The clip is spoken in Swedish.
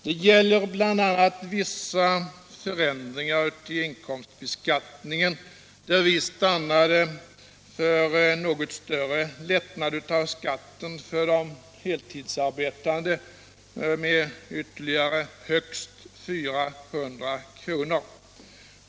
Det gäller bl.a. vissa förändringar i inkomstbeskattningen, där vi stannade för en något större lättnad, ytterligare högst 400 kr., när det gäller skatten för de heltidsarbetande.